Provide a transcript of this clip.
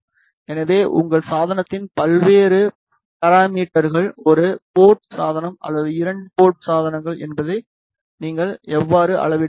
எனவே உங்கள் சாதனத்தின் பல்வேறு பாராமீட்டர்கள் ஒரு போர்ட் சாதனம் அல்லது இரண்டு போர்ட் சாதனங்கள் என்பதை நீங்கள் எவ்வாறு அளவிட முடியும்